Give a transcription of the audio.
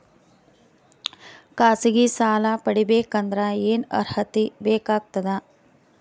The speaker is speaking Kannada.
ಖಾಸಗಿ ಸಾಲ ಪಡಿಬೇಕಂದರ ಏನ್ ಅರ್ಹತಿ ಬೇಕಾಗತದ?